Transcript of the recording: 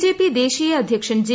BJP ദേശീയ അദ്ധ്യക്ഷൻ J